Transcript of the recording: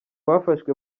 bafashwe